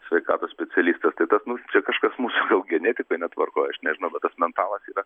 sveikatos specialistas tai tas nu čia kažkas mūsų genetikoj netvarkoj aš nežinau bet tas mentalas yra